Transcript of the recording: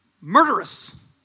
Murderous